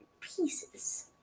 pieces